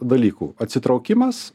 dalykų atsitraukimas